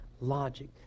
logic